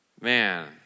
Man